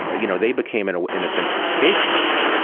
ah you know, they became in a way, in a sense, the scapegoats.